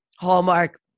Hallmark